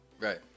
Right